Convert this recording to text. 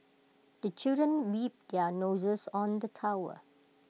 the children their noses on the towel